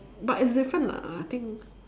but it's different lah I think